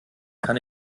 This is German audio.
kann